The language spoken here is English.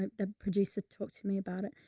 the producer talked to me about it.